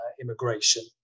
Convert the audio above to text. immigration